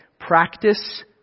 Practice